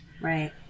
Right